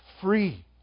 free